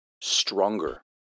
stronger